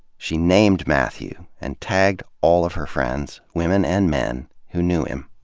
she named mathew and tagged all of her friends, women and men, who knew him.